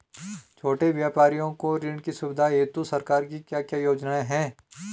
छोटे व्यापारियों को ऋण की सुविधा हेतु सरकार की क्या क्या योजनाएँ हैं?